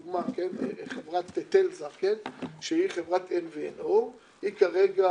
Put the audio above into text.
חברת טלזר שהיא חברת NVNO היא כרגע